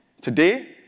today